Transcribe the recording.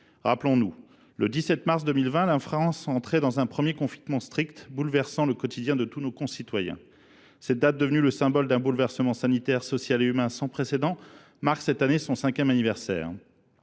Rappelons nous : le 17 mars 2020, la France est entrée dans un premier confinement strict, bouleversant le quotidien de tous nos concitoyens. Cette date, devenue le symbole d’un bouleversement sanitaire, social et humain sans précédent, marque cette année son cinquième anniversaire.